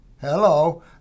Hello